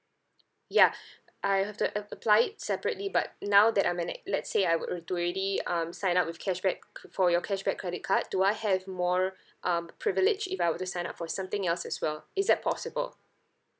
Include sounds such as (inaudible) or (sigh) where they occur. ya (breath) I have to ap~ apply it separately but now that I'm an ex~ let's say I would alr~ to ready um sign up with cashback ca~ for your cashback credit card do I have more (breath) um privilege if I were to sign up for something else as well is that possible